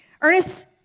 Ernest